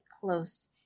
close